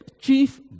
chief